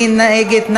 מי נגד?